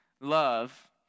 love